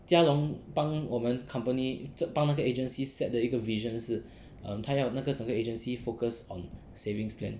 jia long 帮我们 company 帮那些 agencies set the 一个 vision 是他要那个整个 agency focused on savings plan